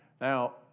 Now